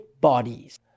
bodies